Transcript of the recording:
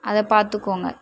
அதை பார்த்துக்கோங்க